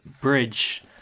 Bridge